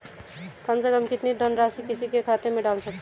कम से कम कितनी धनराशि किसी के खाते में डाल सकते हैं?